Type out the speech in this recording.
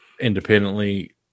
independently